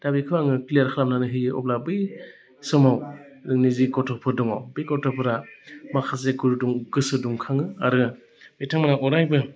दा बेखौ आङो क्लियार खालामनानै होयो अब्ला बै समाव नै जि गथ'फोर दङ बे गथ'फोरा माखासे गोसो दुंखाङो आरो बिथांमोना अरायबो